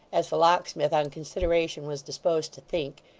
as the locksmith on consideration was disposed to think,